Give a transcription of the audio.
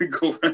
go